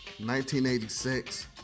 1986